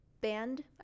band